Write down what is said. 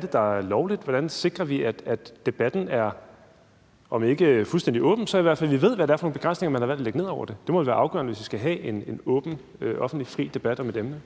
det, der er lovligt? Hvordan sikrer vi, at debatten er om ikke fuldstændig åben, så i hvert fald sådan, at vi ved, hvad det er for nogle begrænsninger, man har valgt at lægge ned over den? Det må vel være afgørende, hvis vi skal have en åben og fri offentlig debat om et emne.